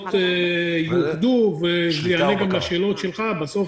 המחוזות יאוחדו וזה יענה גם על השאלות שלך בסוף,